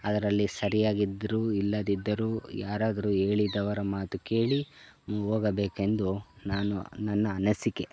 ಅದರಲ್ಲಿ ಸರಿಯಾಗಿದ್ರೂ ಇಲ್ಲದಿದ್ದರೂ ಯಾರಾದರೂ ಹೇಳಿದವರ ಮಾತು ಕೇಳಿ ಹೋಗಬೇಕೆಂದು ನಾನು ನನ್ನ ಅನಿಸಿಕೆ